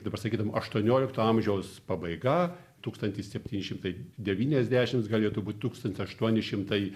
dabar sakytum aštuoniolikto amžiaus pabaiga tūkstantis septyni šimtai devyniasdešims gal jau turbūt tūkstantis aštuoni šimtai